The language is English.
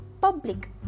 public